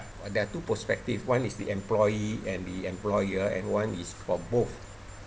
there are two perspective one is the employee and the employer and one is for both